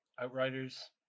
Outriders